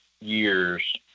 years